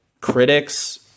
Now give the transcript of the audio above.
critics